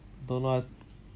don't know ah